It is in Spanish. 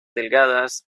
delgadas